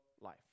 life